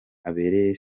abereye